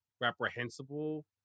reprehensible